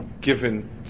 given